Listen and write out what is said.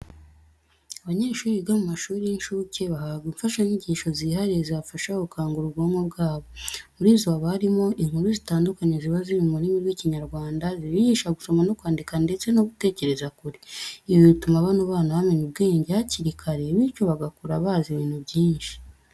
Abanyeshuri biga mu mashuri y'incuke bahabwa imfashanyigisho zihariye zibafasha gukangura ubwonko bwabo. Muri zo haba harimo n'inkuru zitandukanye ziba ziri mu rurimi rw'Ikinyarwanda zibigisha gusoma no kwandika ndetse no gutekereza kure. Ibi bituma bano bana bamenya ubwenge hakiri kare bityo bagakura bazi ibintu byinshi.